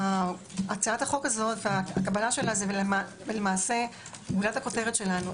הצעת החוק הזו והכוונה שלה, זה גולת הכותרת שלנו.